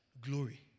glory